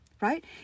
right